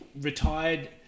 retired